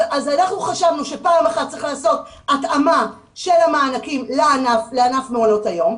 אז אנחנו חשבנו שפעם אחת צריך לעשות התאמה של המענקים לענף מעונות היום.